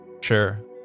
sure